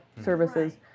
services